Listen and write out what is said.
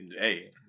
hey